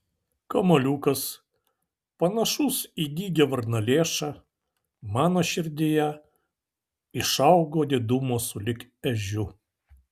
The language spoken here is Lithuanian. kamuoliukas panašus į dygią varnalėšą mano širdyje išaugo didumo sulig ežiu